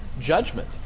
judgment